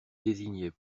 désignait